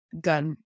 gun